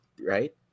right